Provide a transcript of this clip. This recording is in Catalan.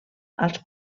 als